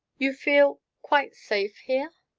you feel quite safe here?